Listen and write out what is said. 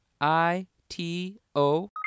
i-t-o